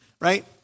Right